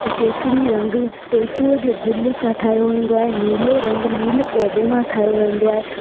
केसरी रंग टेसूअ जे गुल सां ठाहियो वेंदो आहे नीलो रंग नील पौधे मां ठाहियो वेंदो आहे